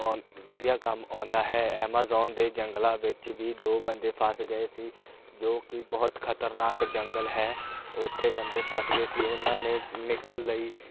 ਓੰ ਵਧੀਆ ਕੰਮ ਆਉਂਦਾ ਹੈ ਐਮਾਜੋਨ ਦੇ ਜੰਗਲਾਂ ਵਿੱਚ ਵੀ ਦੋ ਬੰਦੇ ਫਸ ਗਏ ਸੀ ਜੋ ਕਿ ਬਹੁਤ ਖਤਰਨਾਕ ਜੰਗਲ ਹੈ ਉੱਥੇ ਬੰਦੇ ਫਸ ਗਏ ਸੀ ਉਹਨਾਂ ਨੇ ਨਿਕਲਣ ਲਈ